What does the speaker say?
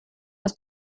aus